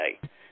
today